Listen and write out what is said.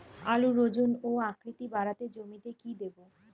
আলুর ওজন ও আকৃতি বাড়াতে জমিতে কি দেবো?